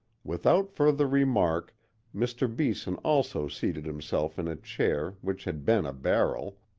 without further remark mr. beeson also seated himself in a chair which had been a barrel,